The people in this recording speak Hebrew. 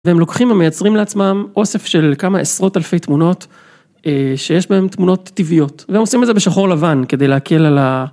והם לוקחים ומייצרים לעצמם אוסף של כמה עשרות אלפי תמונות שיש בהם תמונות טבעיות והם עושים את זה בשחור לבן כדי להקל על ה...